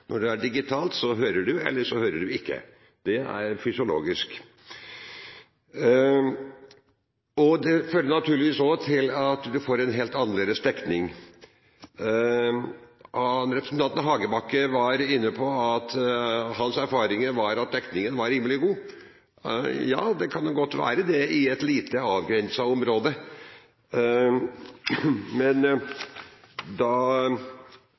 Når det er digitalt, enten hører eller hører man ikke. Det er fysiologisk. Det fører naturligvis også til at man får en helt annerledes dekning. Representanten Hagebakken var inne på at hans erfaringer var at dekningen var rimelig god. Ja, det kan godt være, det, i et lite, avgrenset område. Da